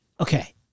Okay